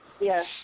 Yes